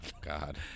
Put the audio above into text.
God